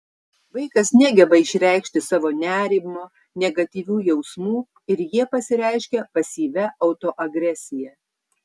vaikas negeba išreikšti savo nerimo negatyvių jausmų ir jie pasireiškia pasyvia autoagresija